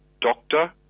doctor